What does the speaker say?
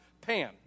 Pan